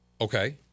Okay